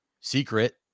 secret